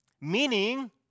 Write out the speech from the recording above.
Meaning